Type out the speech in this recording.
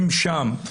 הם שם.